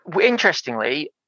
interestingly